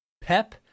Pep